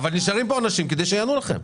אבל נשארים פה אנשים כדי שיענו לכם.